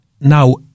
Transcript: now